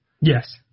Yes